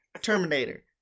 Terminator